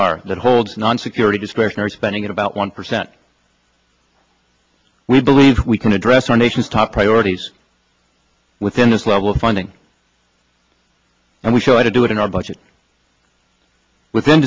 r that holds non security discretionary spending at about one percent we believe we can address our nation's top priorities within this level of funding and we should do it in our budget within